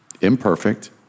imperfect